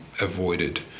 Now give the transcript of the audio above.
avoided